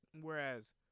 Whereas